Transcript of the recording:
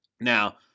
Now